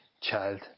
Child